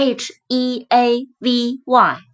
heavy